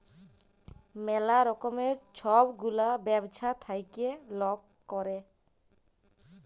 ম্যালা রকমের ছব গুলা ব্যবছা থ্যাইকে লক ক্যরে